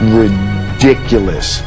ridiculous